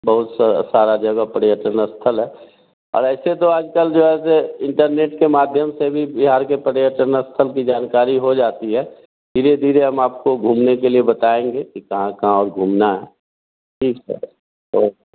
बहुत सा सारा जगह पर्यटन स्थल है और ऐसे तो आज कल जो है से इंटरनेट के माध्यम से भी बिहार के पर्यटक स्थल की जानकारी हो जाती है धीरे धीरे हम आपको घूमने के लिए बताएँगे कि कहाँ कहाँ और घूमना ठीक है ओके